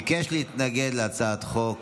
ביקש להתנגד להצעת החוק